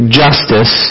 justice